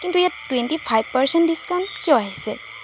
কিন্তু ইয়াত twenty five percent discount কিয় আহিছে